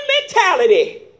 mentality